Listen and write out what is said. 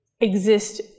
exist